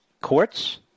Courts